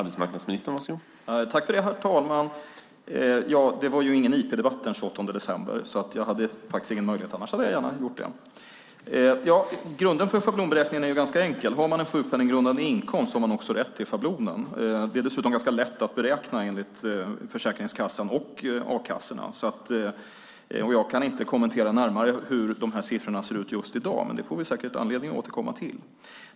Herr talman! Det var ingen interpellationsdebatt den 28 december, så jag hade inte den möjligheten. Annars hade jag gärna gjort det. Grunden för schablonberäkning är ganska enkel; har man en sjukpenninggrundande inkomst har man också rätt till schablonen. Det är dessutom enligt Försäkringskassan och a-kassorna ganska lätt att beräkna. Jag kan inte just i dag kommentera närmare hur dessa siffror ser ut, men det får vi säkert anledning att återkomma till.